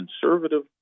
conservative